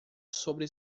sobre